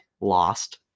Lost